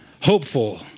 hopeful